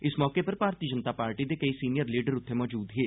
इस मौके पर भारती जनता पार्टी दे कोई सीनियर लीडर उत्थे मौजूद हे